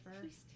first